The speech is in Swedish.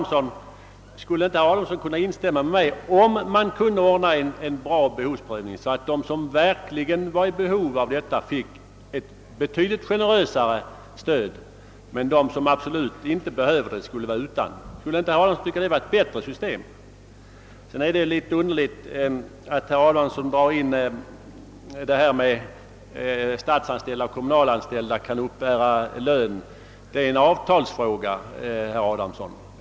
Skulle inte herr Adamsson kunna instämma med mig, om man kunde ordna en bra behovsprövning så att de som verkligen var i behov därav fick ett betydligt generösare stöd, medan de som absolut inte behövde det skulle vara utan? Skulle inte herr Adamsson tycka att det vore ett bra system? Vidare finner jag det vara litet underligt att herr Adamsson dragit in detta att statsanställda och kommunalanställda kan uppbära lön. Det är en avtalsfråga, herr Adamsson.